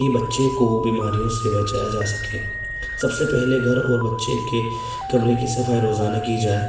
کہ بچے کو بیماریوں سے بچایا جا سکے سب سے پہلے گھر اور بچے کے کمرے کی صفائی روزانہ کی جائے